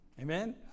Amen